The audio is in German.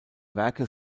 werke